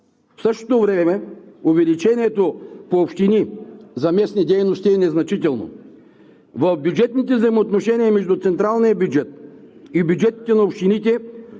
В същото време увеличението по общини за местни дейности е незначително. В бюджетните взаимоотношения между централния бюджет и бюджетите на общините